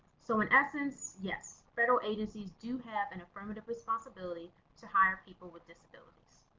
so in essence yes federal agencies do have an affirmative responsibility to hire people with disabilities.